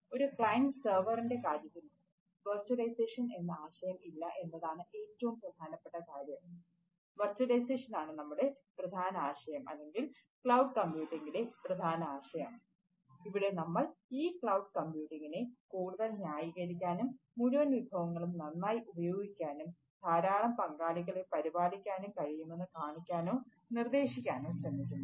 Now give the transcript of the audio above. ഒരു ക്ലസ്റ്റർ കൂടുതൽ ന്യായീകരിക്കാനും മുഴുവൻ വിഭവങ്ങളും നന്നായി വിനിയോഗിക്കാനും ധാരാളം പങ്കാളികളെ പരിപാലിക്കാനും കഴിയുമെന്ന് കാണിക്കാനോ നിർദ്ദേശിക്കാനോ ശ്രമിക്കുന്നു